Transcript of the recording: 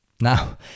Now